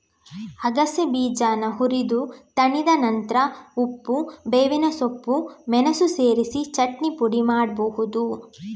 ಅಗಸೆ ಬೀಜಾನ ಹುರಿದು ತಣಿದ ನಂತ್ರ ಉಪ್ಪು, ಬೇವಿನ ಸೊಪ್ಪು, ಮೆಣಸು ಸೇರಿಸಿ ಚಟ್ನಿ ಪುಡಿ ಮಾಡ್ಬಹುದು